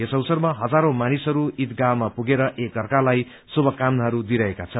यस अवसरमा हजारौं मानिसहरू इदगाहमा पुगेर एक अर्कालाई शुभकामनाहरू दिइरहेका छन्